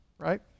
right